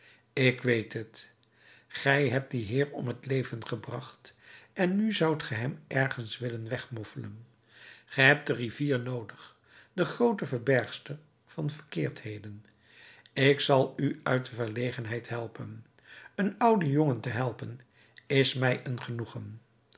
ik weet het gij hebt dien heer om t leven gebracht en nu zoudt ge hem ergens willen wegmoffelen ge hebt de rivier noodig de groote verbergster van verkeerdheden ik zal u uit de verlegenheid helpen een ouden jongen te helpen is mij een genoegen